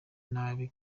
nabi